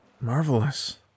Marvelous